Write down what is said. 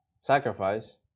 sacrifice